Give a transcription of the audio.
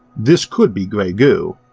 this could be grey goo,